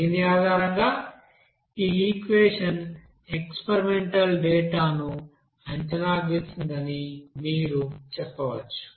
దీని ఆధారంగా ఈ ఈక్వెషన్ ఎక్స్పెరిమెంటల్ డేటా ను అంచనా వేస్తుందని మీరు చెప్పవచ్చు